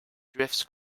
drifts